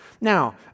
Now